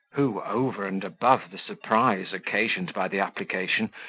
who, over and above the surprise occasioned by the application,